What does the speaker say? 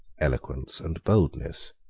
eloquence, and boldness.